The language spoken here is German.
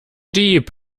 dieb